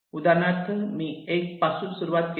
उदाहरणार्थ मी 1 पासून सुरुवात केली